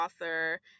author